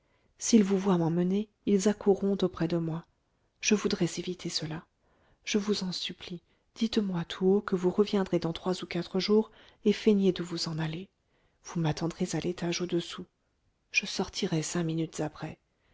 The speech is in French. s'ils vous voient m'emmener ils accourront auprès de moi je voudrais éviter cela je vous en supplie dites-moi tout haut que vous reviendrez dans trois ou quatre jours et feignez de vous en aller vous m'attendrez à l'étage au-dessous je sortirai cinq minutes après